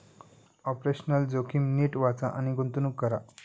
operational जोखीम नीट वाचा आणि गुंतवणूक करा